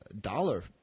dollar